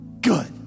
Good